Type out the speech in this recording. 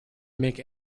make